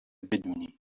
بدونی